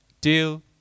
Till